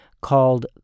called